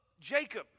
Jacob